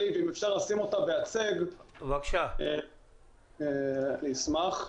אם אפשר לשים אותה בהצג, אני אשמח.